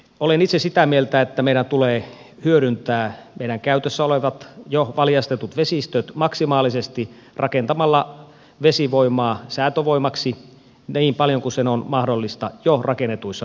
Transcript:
olen itse sitä mieltä että meidän tulee hyödyntää meidän käytössä olevat jo valjastetut vesistömme maksimaalisesti rakentamalla vesivoimaa säätövoimaksi niin paljon kuin se on mahdollista jo rakennetuissa vesistöissä